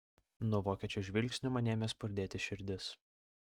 nuo vokiečio žvilgsnio man ėmė spurdėti širdis